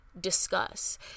discuss